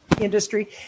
industry